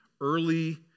early